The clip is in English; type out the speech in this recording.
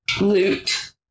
loot